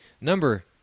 Number